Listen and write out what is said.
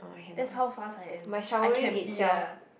that how fast I am I can be a